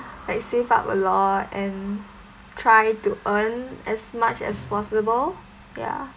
like save up a lot and try to earn as much as possible ya